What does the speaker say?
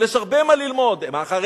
אבל יש הרבה מה ללמוד מהחרדים,